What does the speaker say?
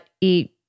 eat